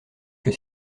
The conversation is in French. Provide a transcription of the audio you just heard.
que